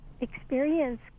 experience